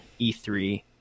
E3